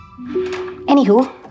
Anywho